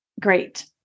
great